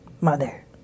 Mother